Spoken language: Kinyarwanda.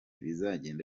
bizagenda